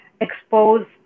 exposed